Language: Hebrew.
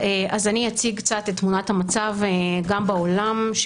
אציג קצת את תמונת המצב גם בעולם,